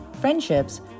friendships